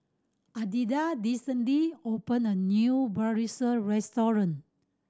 Alida recently opened a new Bratwurst Restaurant